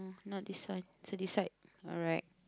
not decide to decide alright